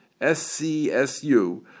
SCSU